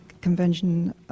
Convention